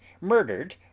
murdered